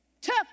took